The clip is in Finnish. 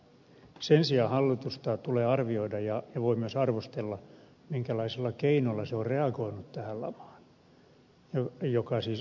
sen sijaan hallitusta tulee arvioida ja voi myös arvostella minkälaisella keinolla se on reagoinut tähän lamaan joka siis koskee reaalitaloutta